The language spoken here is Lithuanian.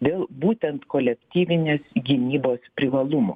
dėl būtent kolektyvinės gynybos privalumo